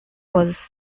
was